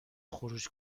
خروج